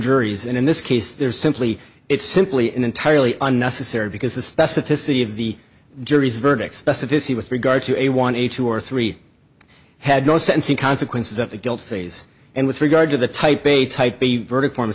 juries and in this case there's simply it's simply an entirely unnecessary because the specificity of the jury's verdict specificity with regard to a one a two or three had no sense in consequences at the guilt phase and with regard to the type a type a verdict